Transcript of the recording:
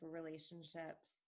relationships